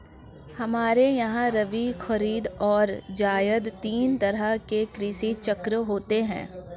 हमारे यहां रबी, खरीद और जायद तीन तरह के कृषि चक्र होते हैं